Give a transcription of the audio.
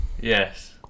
Yes